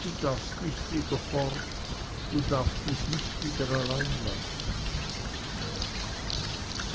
du darfst nicht wieder fort du darfst mich nicht wieder allein lassen